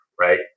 right